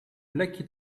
plekje